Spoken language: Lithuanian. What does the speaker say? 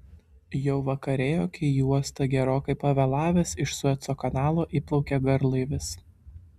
jau vakarėjo kai į uostą gerokai pavėlavęs iš sueco kanalo įplaukė garlaivis